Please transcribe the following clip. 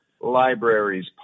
Libraries